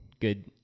good